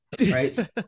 right